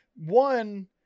One